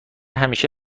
همیشه